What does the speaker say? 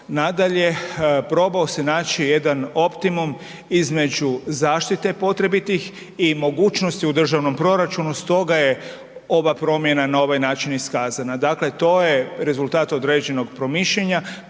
Nadalje, probao se naći jedan optimum između zaštite potrebitih i mogućnosti u državnom proračunu, stoga je ova promjena na ovaj način iskazana. Dakle, to je rezultat određenog promišljanja